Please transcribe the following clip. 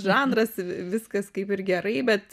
žanras viskas kaip ir gerai bet